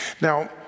Now